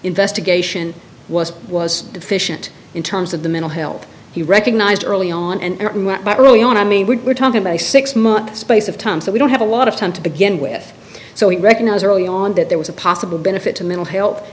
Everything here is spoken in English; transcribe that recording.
investigation was was deficient in terms of the mental health he recognized early on and early on i mean we're talking about a six month space of time so we don't have a lot of time to begin with so we recognized early on that there was a possible benefit to mental health